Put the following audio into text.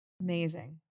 Amazing